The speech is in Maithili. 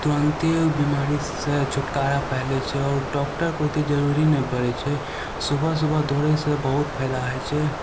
तुरन्ते उ बीमारीसँ छुटकारा पाबि लै छै आओर डॉक्टरके ओते जरूरी नहि पड़य छै सुबह सुबह दौड़यसँ बहुत फायदा होइ छै